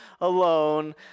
alone